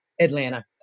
Atlanta